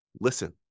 Listen